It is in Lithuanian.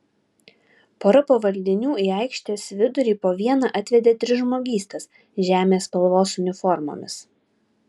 pora pavaldinių į aikštės vidurį po vieną atvedė tris žmogystas žemės spalvos uniformomis